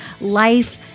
life